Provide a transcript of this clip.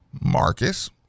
Marcus